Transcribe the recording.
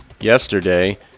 yesterday